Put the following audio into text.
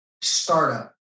startup